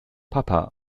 papa